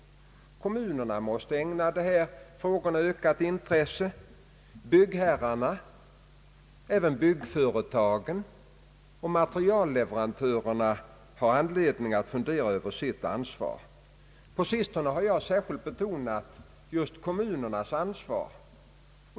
Kommunerna måste ägna dessa frågor ökat intresse. Även byggherrarna, byggföretagen och materialleverantörerna har anledning att fundera över sitt ansvar. På sistone har jag särskilt betonat just kommunernas ansvar.